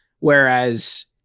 Whereas